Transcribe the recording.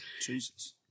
Jesus